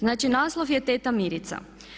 Znači naslov je Teta Mirica.